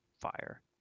fire